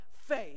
faith